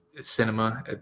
cinema